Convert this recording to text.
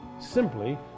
simply